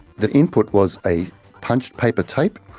the input was a punched paper tape,